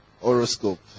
horoscope